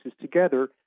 together